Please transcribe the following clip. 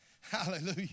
Hallelujah